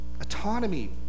autonomy